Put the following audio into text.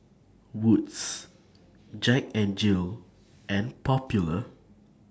Wood's Jack N Jill and Popular